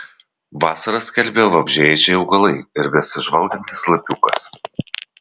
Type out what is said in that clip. vasarą skelbia vabzdžiaėdžiai augalai ir besižvalgantis lapiukas